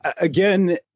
Again